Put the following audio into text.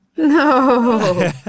No